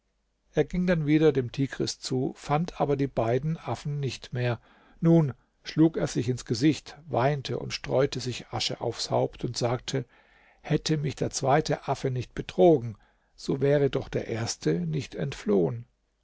er ging dann wieder dem tigris zu fand aber die beiden affen nicht mehr nun schlug er sich ins gesicht weinte und streute sich asche aufs haupt und sagte hätte mich der zweite affe nicht betrogen so wäre doch der erste nicht entflohen